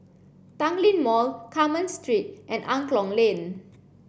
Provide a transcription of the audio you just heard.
Tanglin Mall Carmen Street and Angklong Lane